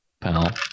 pal